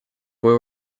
were